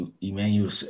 Emmanuel